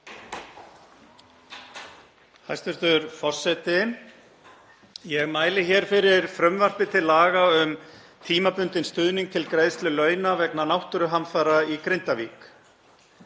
Hæstv. forseti. Ég mæli hér fyrir frumvarpi til laga um tímabundinn stuðning til greiðslu launa vegna náttúruhamfara í Grindavík.